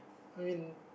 I mean